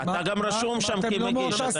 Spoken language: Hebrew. אתה גם רשום שם כמגיש.